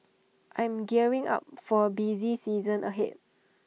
I am gearing up for A busy season ahead